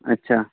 ᱟᱪᱪᱷᱟ